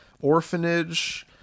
orphanage